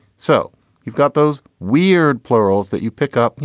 so you've got those weird plurals that you pick up. you